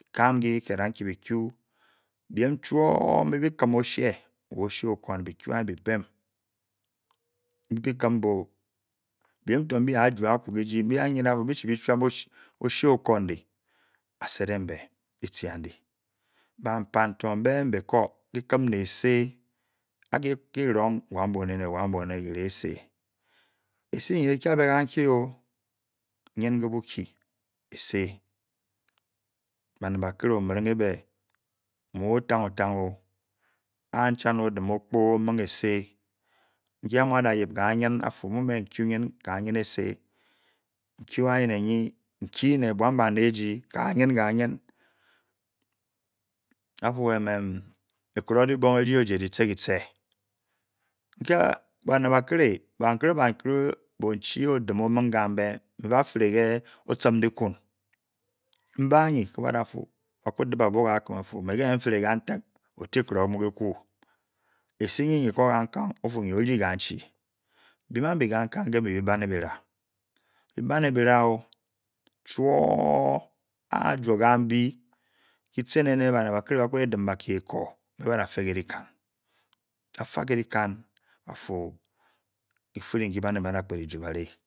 Ke ki ked anki bi ku biem chuo mbi-bi kim ochee wa ochee okundi bi anyi bi pem. nbi-bi nim be-o. biem-to mbi a juo aku kijii mbi bi-chi bi-chuap o-shee okundi a sedeng be. di chi a ndi ba pan to mbe beko kiikim ne ese a ki rong wanbone-ne wanbone ke esie. ese nyi ekiabe-kanki ki nyne ke bukyi ki ese. baned bakire omwing ebe mu otang-otang-o a ntchan o dim okpu omung ese wei amu da yip kanyn-afu mung me nku nyne ka nyn-ese wuu-anyi ekyi ne bunanbane esi kanyu-kanyu bafu ekuroke dibong ejii oje kitche-kitche nke baned bakiri ke bon-chi odem o-mung kambe mbe bafere ke otchim dikun me-anyi ke baagku dim abon ke-kim bafu me ke nfere otu-ekruk mu kiku. ese nyi-nyi ko kan-kan osie ngi ojii biem-chi biem abi kan-kan ke bii ba ne bira. mbi bane bira o chuo. ajuo kambi kitchen ene ne baned bakire ba da kpet bakie eko mbe ba-da-te ke dikan. afa ke dikam bafu etere wei ba da ejubari.